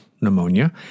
pneumonia